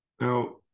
now